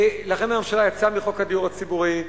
לכן הממשלה יצאה מחוק הדיור הציבורי,